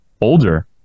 older